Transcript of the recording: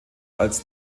als